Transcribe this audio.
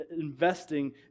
investing